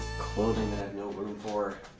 clothing four